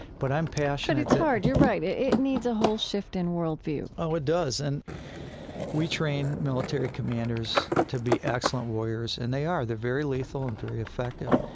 but i'm passionate, but it's hard. you're right. it it needs a whole shift in worldview oh, it does. and we train military commanders to be excellent warriors. and they are. they're very lethal and very effective.